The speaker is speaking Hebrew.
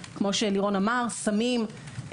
כמו שלירון אמר סמים,